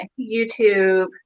YouTube